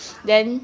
!wow!